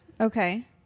Okay